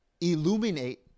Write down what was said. illuminate